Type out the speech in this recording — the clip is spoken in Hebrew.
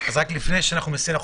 שאנחנו מסיימים,